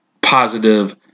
positive